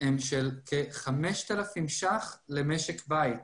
הם של כ-5,000 למשק בית.